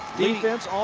defense, um